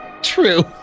True